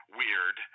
weird